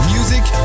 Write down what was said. Music